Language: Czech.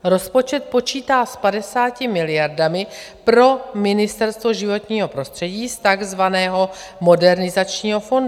Rozpočet počítá s 50 miliardami pro Ministerstvo životního prostředí z takzvaného Modernizačního fondu.